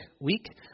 week